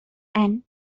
and